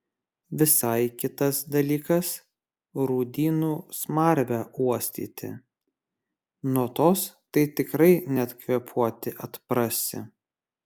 visai kitas dalykas rūdynų smarvę uostyti nuo tos tai tikrai net kvėpuoti atprasi